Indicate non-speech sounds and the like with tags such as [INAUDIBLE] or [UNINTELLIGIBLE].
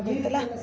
[UNINTELLIGIBLE]